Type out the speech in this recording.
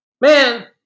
Man